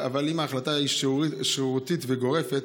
אבל אם ההחלטה היא שרירותית וגורפת,